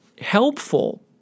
helpful